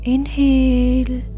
Inhale